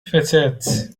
فتاة